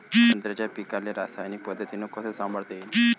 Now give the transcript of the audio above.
संत्र्याच्या पीकाले रासायनिक पद्धतीनं कस संभाळता येईन?